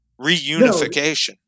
reunification